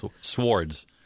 swords